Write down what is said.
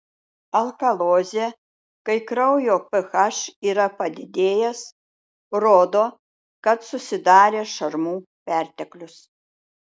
alkalozė kai kraujo ph yra padidėjęs rodo kad susidarė šarmų perteklius